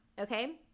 okay